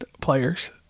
players